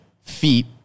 feet